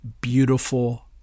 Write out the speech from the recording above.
beautiful